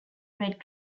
red